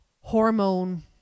hormone